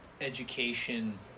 education